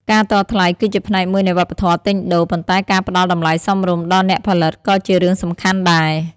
ការតថ្លៃគឺជាផ្នែកមួយនៃវប្បធម៌ទិញដូរ ប៉ុន្តែការផ្តល់តម្លៃសមរម្យដល់អ្នកផលិតក៏ជារឿងសំខាន់ដែរ។